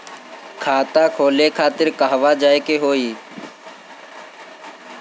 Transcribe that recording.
खाता खोले खातिर कहवा जाए के होइ?